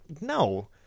no